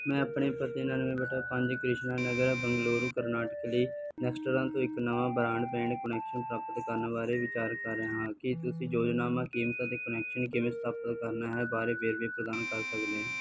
ਮੈਂ ਆਪਣੇ ਪਤੇ ਉਣਾਨਵੇਂ ਬਟਾ ਪੰਜ ਕ੍ਰਿਸ਼ਨਾ ਨਗਰ ਬੰਗਲੁਰੂ ਕਰਨਾਟਕ ਲਈ ਨੇਕਸਟਰਾ ਤੋਂ ਇੱਕ ਨਵਾਂ ਬ੍ਰਾਡਬੈਂਡ ਕੁਨੈਕਸ਼ਨ ਪ੍ਰਾਪਤ ਕਰਨ ਬਾਰੇ ਵਿਚਾਰ ਕਰ ਰਿਹਾ ਹਾਂ ਕੀ ਤੁਸੀਂ ਯੋਜਨਾਵਾਂ ਕੀਮਤ ਅਤੇ ਕੁਨੈਕਸ਼ਨ ਕਿਵੇਂ ਸਥਾਪਤ ਕਰਨਾ ਹੈ ਬਾਰੇ ਵੇਰਵੇ ਪ੍ਰਦਾਨ ਕਰ ਸਕਦੇ ਹੋ